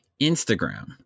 Instagram